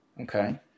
Okay